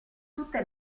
tutte